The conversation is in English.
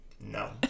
no